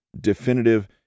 definitive